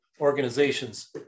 organizations